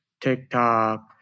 TikTok